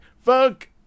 Fuck